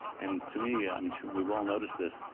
and, to me, i'm sure we've all noticed this,